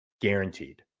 guaranteed